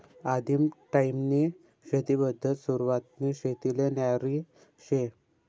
आदिम टायीमनी शेती पद्धत सुरवातनी शेतीले न्यारी शे